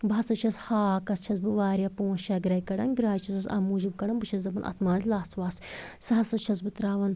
بہٕ ہسا چھَس ہاکَس چھَس بہٕ واریاہ پانژھ شےٚ گرٛایہِ کڑان گرٛایہِ چھَسَس اَمہِ موٗجوٗب کڑان بہٕ چھَس دَپان اَتھ ما آسہِ لَژھ وَژھ سُہ ہسا چھَس بہٕ ترٛاوان